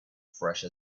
fresh